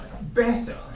better